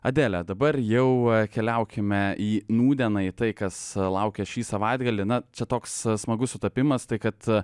adele dabar jau keliaukime į nūdieną į tai kas laukia šį savaitgalį na čia toks smagus sutapimas tai kad